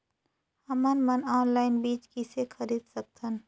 हमन मन ऑनलाइन बीज किसे खरीद सकथन?